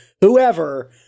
whoever